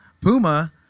Puma